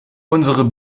unsere